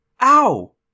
Ow